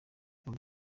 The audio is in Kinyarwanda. buryo